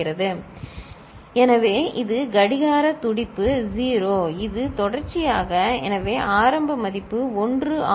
D1 Sin ⊕ Q3 D2 Q1 ⊕ Q3 D3 Q2 Qn1 Dn எனவே இது கடிகார துடிப்பு 0 இது தொடர்ச்சியாக எனவே ஆரம்ப மதிப்பு 1 ஆகும்